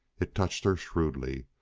it touched her shrewdly.